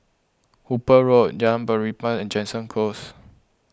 Hooper Road Jalan Belibas and Jansen Close